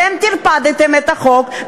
אתם טרפדתם את החוק,